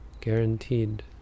Guaranteed